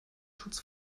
schutz